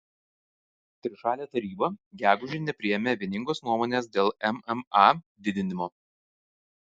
trišalė taryba gegužę nepriėmė vieningos nuomonės dėl mma didinimo